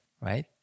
Right